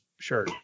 Sure